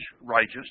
righteous